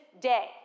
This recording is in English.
day